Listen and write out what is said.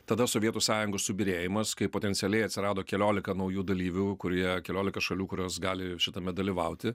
tada sovietų sąjungos subyrėjimas kai potencialiai atsirado keliolika naujų dalyvių kurie keliolika šalių kurios gali šitame dalyvauti